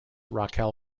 raquel